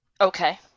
Okay